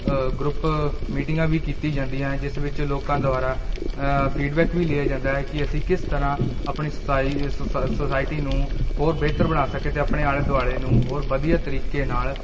group ਮੀਟਿੰਗਾਂ ਵੀ ਕੀਤੀ ਜਾਂਦੀਆਂ ਜਿਸ ਵਿੱਚ ਲੋਕਾਂ ਦੁਆਰਾ ਫੀਡਬੈਕ ਵੀ ਲਿਆ ਜਾਂਦਾ ਹੈ ਕਿ ਅਸੀਂ ਕਿਸ ਤਰ੍ਹਾਂ ਆਪਣੀ ਸਸਾਈ ਸੋਸਾਇਟੀ ਨੂੰ ਹੋਰ ਬਿਹਤਰ ਬਣਾ ਸਕੀਏ ਅਤੇ ਆਪਣੇ ਆਲੇ ਦੁਆਲੇ ਨੂੰ ਹੋਰ ਵਧੀਆ ਤਰੀਕੇ ਨਾਲ